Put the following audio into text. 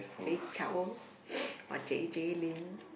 Jay-Chou or J_J-Lin